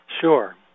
Sure